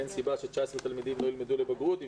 אין סיבה ש-19 תלמידים לא ילמדו לבגרות אם